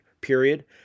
period